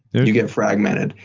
you get fragmented.